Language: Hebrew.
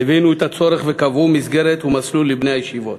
הבינו את הצורך וקבעו מסגרת ומסלול לבני הישיבות.